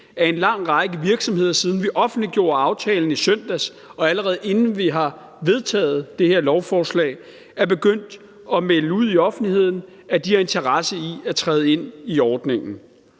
at en lang række virksomheder, siden vi offentliggjorde aftalen i søndags, og allerede inden vi har vedtaget det her lovforslag, er begyndt at melde ud i offentligheden, at de har interesse i at træde ind i ordningen.